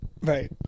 Right